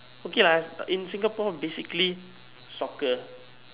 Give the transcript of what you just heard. okay lah in Singapore basically soccer